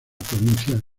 provincia